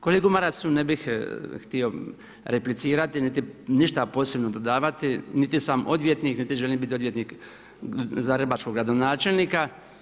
Kolegi Marasu ne bih htio replicirati niti ništa posebno pridavati, niti sam odvjetnik, niti želim biti odvjetnik zagrebačkog gradonačelnika.